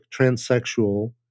transsexual